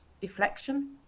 deflection